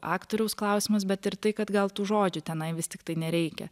aktoriaus klausimas bet ir tai kad gal tų žodžių tenai vis tiktai nereikia